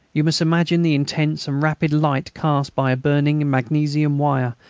you must imagine the intense and rapid light cast by a burning magnesium wire,